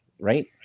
Right